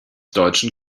deutschen